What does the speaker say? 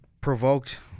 provoked